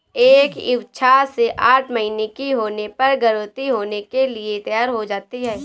एक ईव छह से आठ महीने की होने पर गर्भवती होने के लिए तैयार हो जाती है